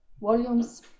volumes